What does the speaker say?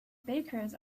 bakers